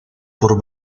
por